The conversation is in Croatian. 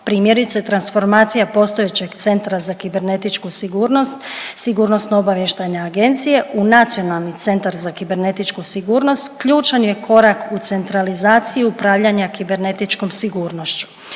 Primjerice transformacija postojećeg Centra za kibernetičku sigurnost SOA-e u Nacionalni centar za kibernetičku sigurnost ključan je korak u centralizaciju upravljanja kibernetičkom sigurnošću